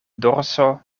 dorso